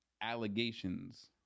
allegations